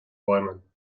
bäumen